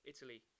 Italy